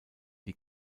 die